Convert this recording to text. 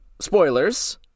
spoilers